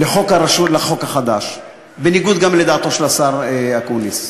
לחוק החדש, בניגוד גם לדעתו של השר אקוניס.